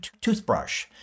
toothbrush